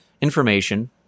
information